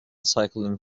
cycling